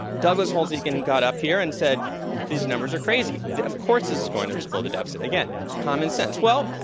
douglas holtz-eakin got up here and said these numbers are crazy, that of course this is going to explode the deficit, again, commonsense, well,